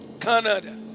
Canada